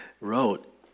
wrote